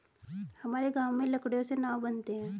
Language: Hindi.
हमारे गांव में लकड़ियों से नाव बनते हैं